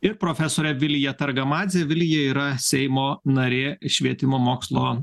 ir profesore vilija targamadzė vilija yra seimo narė švietimo mokslo